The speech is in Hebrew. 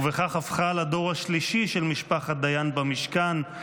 ובכך הפכה לדור השלישי של משפחת דיין במשכן,